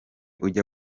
ujya